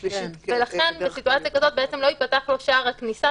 ולכן בסיטואציה כזאת לא ייפתח לו שער הכניסה,